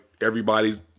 everybody's